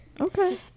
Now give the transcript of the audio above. okay